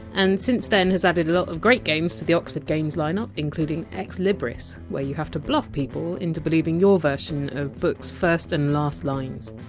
and since then has added a lot of great games to the oxford games lineup, including ex libris so where you have to bluff people into believing your version of books! first and last lines.